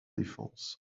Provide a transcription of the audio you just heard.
défense